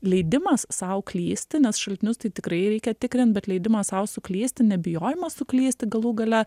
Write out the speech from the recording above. leidimas sau klysti nes šaltinius tai tikrai reikia tikrint bet leidimą sau suklysti nebijojimas suklysti galų gale